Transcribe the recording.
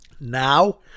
Now